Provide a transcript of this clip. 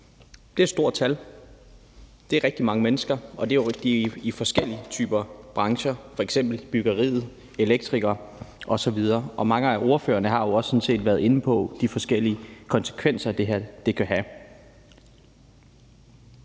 Det er et stort tal; det er rigtig mange mennesker, og det er i forskellige typer brancher, f.eks. byggeriet, elektrikere osv. Mange af ordførerne har jo sådan set også været inde på de forskellige konsekvenser, det her kan have.